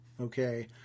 Okay